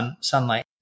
sunlight